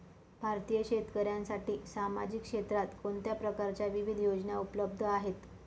भारतीय शेतकऱ्यांसाठी सामाजिक क्षेत्रात कोणत्या प्रकारच्या विविध योजना उपलब्ध आहेत?